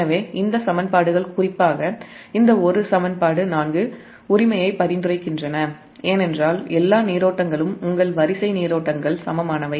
எனவே இந்த சமன்பாடுகள் குறிப்பாக இந்த ஒரு சமன்பாடு 4 உரிமையை பரிந்துரைக்கின்றனஏனென்றால் எல்லா நீரோட்டங்களும் உங்கள் வரிசை நீரோட்டங்கள் சமமானவை